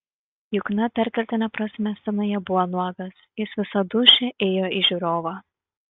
jukna perkeltine prasme scenoje buvo nuogas jis visa dūšia ėjo į žiūrovą